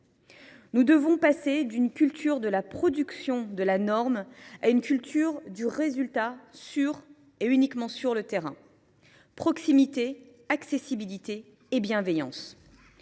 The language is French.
Nous devons passer d’une culture de production de la norme à une culture du résultat sur le terrain : proximité, accessibilité, bienveillance.